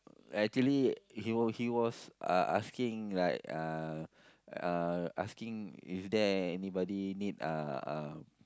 actually he he was uh asking like uh uh asking is there anybody need uh uh